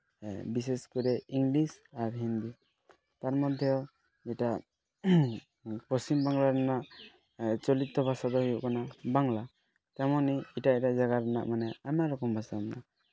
ᱵᱤᱥᱮᱥ ᱠᱚᱨᱮ ᱤᱝᱞᱤᱥ ᱟᱨ ᱦᱤᱱᱫᱤ ᱛᱟᱨ ᱢᱚᱫᱽᱫᱷᱮ ᱡᱮᱴᱟ ᱯᱚᱥᱪᱤᱢ ᱵᱟᱝᱞᱟ ᱨᱮᱱᱟᱜ ᱪᱚᱞᱤᱛᱚ ᱵᱷᱟᱥᱟ ᱫᱚ ᱦᱩᱭᱩᱜ ᱠᱟᱱᱟ ᱵᱟᱝᱞᱟ ᱡᱮᱢᱚᱱ ᱮᱴᱟᱜ ᱮᱴᱟᱜ ᱡᱟᱭᱜᱟ ᱨᱮᱱᱟᱜ ᱢᱟᱱᱮ ᱟᱭᱢᱟ ᱨᱚᱠᱚᱢ ᱵᱷᱟᱥᱟ ᱢᱮᱱᱟᱜᱼᱟ